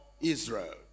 Israel